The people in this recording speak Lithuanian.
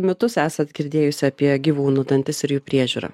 mitus esat girdėjusi apie gyvūnų dantis ir jų priežiūrą